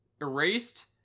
Erased